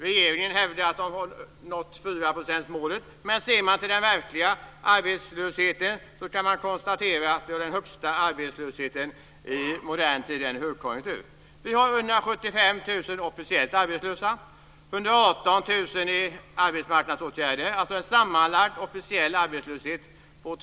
Regeringen hävdar att man har nått fyraprocentsmålet, men ser man till den verkliga arbetslösheten kan man konstatera att vi har den högsta arbetslösheten i modern tid i en högkonjunktur.